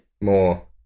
More